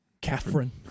Catherine